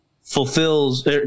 fulfills